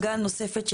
זאת אומרת?